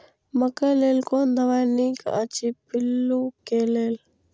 मकैय लेल कोन दवा निक अछि पिल्लू क लेल?